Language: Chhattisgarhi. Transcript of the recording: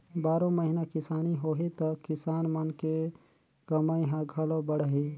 बारो महिना किसानी होही त किसान मन के कमई ह घलो बड़ही